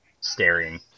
staring